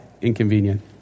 inconvenient